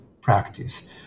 practice